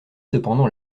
cependant